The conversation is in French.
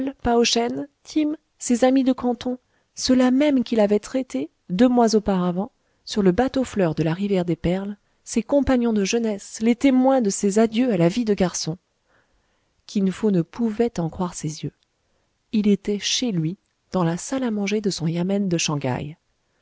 paoshen tim ses amis de canton ceuxlà mêmes qu'il avait traités deux mois auparavant sur le bateaufleurs de la rivière des perles ses compagnons de jeunesse les témoins de ses adieux à la vie de garçon kin fo ne pouvait en croire ses yeux il était chez lui dans la salle à manger de son yamen de shang haï